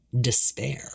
Despair